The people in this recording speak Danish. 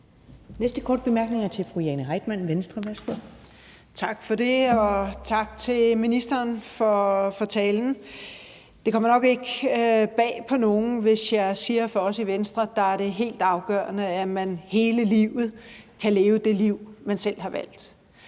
Venstre. Værsgo. Kl. 19:28 Jane Heitmann (V): Tak for det, og tak til ministeren for talen. Det kommer nok ikke bag på nogen, hvis jeg siger, at for os i Venstre er det helt afgørende, at man hele livet kan leve det liv, man selv har valgt.